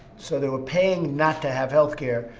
so, they were paying not to have healthcare.